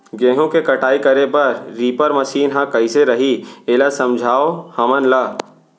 गेहूँ के कटाई करे बर रीपर मशीन ह कइसे रही, एला समझाओ हमन ल?